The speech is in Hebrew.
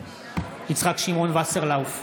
יצחק שמעון וסרלאוף,